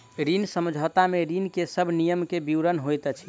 ऋण समझौता में ऋण के सब नियम के विवरण होइत अछि